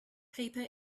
paper